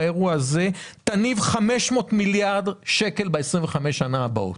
באירוע הזה תניב 500 מיליארד שקל ב-25 שנה הבאות.